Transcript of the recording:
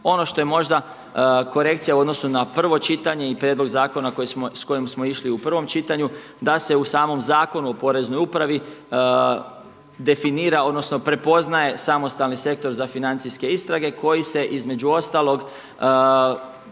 Ono što je možda korekcija u odnosu na prvo čitanje i prijedlog zakona s kojim smo išli u prvom čitanju da se u samom Zakonu o poreznoj upravi definira odnosno prepoznaje samostalni sektor za financijske istrage koji se između ostalog